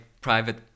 private